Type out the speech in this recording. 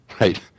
Right